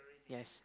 yes